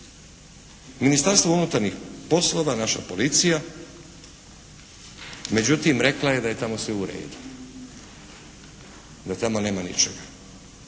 Ministarstvo unutarnjih poslova, naša policija međutim rekla je da je tamo sve u redu, da tamo nema ničega.